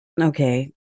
okay